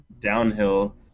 downhill